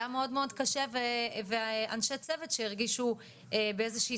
היה מאוד קשה ואנשי צוות שהרגישו באיזה שהיא